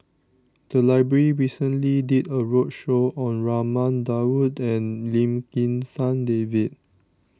the library recently did a roadshow on Raman Daud and Lim Kim San David